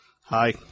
Hi